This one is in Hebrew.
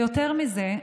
יותר מזה,